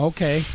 Okay